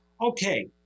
Okay